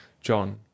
john